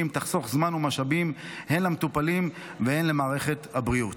תחסוך זמן ומשאבים הן למטופלים והן למערכת הבריאות.